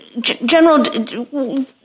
General